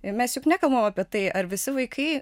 ir mes juk nekalbam apie tai ar visi vaikai